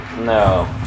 No